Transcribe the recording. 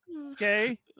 Okay